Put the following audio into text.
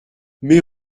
mais